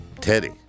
Teddy